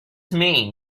mean